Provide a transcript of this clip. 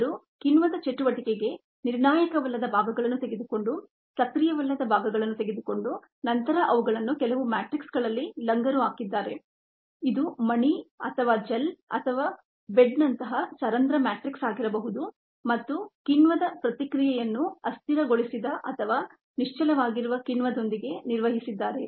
ಅವರು ಕಿಣ್ವದ ಚಟುವಟಿಕೆಗೆ ನಿರ್ಣಾಯಕವಲ್ಲದ ಭಾಗಗಳನ್ನು ತೆಗೆದುಕೊಂಡು ನಾನ್ ಆಯ್ಕ್ಟಿವ್ ಸೈಟ್ಸ್ಗಳನ್ನು ತೆಗೆದುಕೊಂಡು ನಂತರ ಅವುಗಳನ್ನು ಕೆಲವು ಮ್ಯಾಟ್ರಿಕ್ಸ್ಗಳಲ್ಲಿ ಲಂಗರು ಹಾಕಿದ್ದಾರೆ ಇದು ಮಣಿ ಅಥವಾ ಜೆಲ್ ಅಥವಾ ಬೆಡ್ನಂತಹ ಸರಂಧ್ರ ಮ್ಯಾಟ್ರಿಕ್ಸ್ ಆಗಿರಬಹುದು ಮತ್ತು ಕಿಣ್ವದ ಪ್ರತಿಕ್ರಿಯೆಯನ್ನು ನಿಶ್ಚಲಗೊಳಿಸಿದ ಅಥವಾ ನಿಶ್ಚಲವಾಗಿರುವ ಕಿಣ್ವದೊಂದಿಗೆ ನಿರ್ವಹಿಸಿದ್ದಾರೆ